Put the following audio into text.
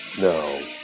No